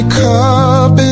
cup